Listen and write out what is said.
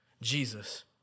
Jesus